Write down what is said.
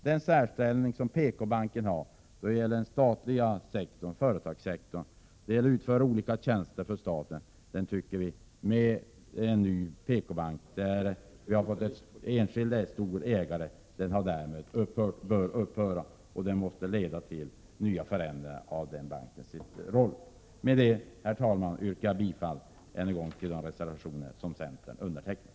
Den särställning som PKbanken har då det gäller den statliga sektorn, företagssektorn och då det gäller att utföra olika tjänster för staten tycker vi bör upphöra i och med att vi har fått en ”ny” PKbank med en enskild stor ägare. Denna förändring i ägarförhållandet måste leda till förändringar i den bankens yttre roll. Med detta, herr talman, yrkar jag än en gång bifall till de reservationer som centern har undertecknat.